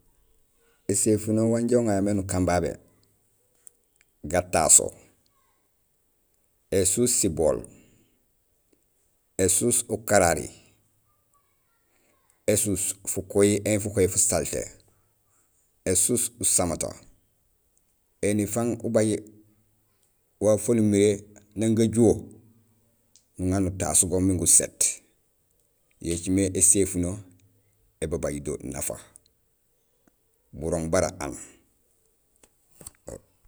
Éséfuno wanja uŋa yo mé nukaan babé gataso, ésuus sibool, ésuus ukarari, ésuus fukohi éni fukohi fusalité, ésuus usamata, éni may ubaaj waaf waan umiré nang gajuho, nuŋa nutaas go miin gusét. Yo écimé éséfuno ébabaaj do nafa burooŋ bara aan.